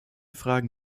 fragen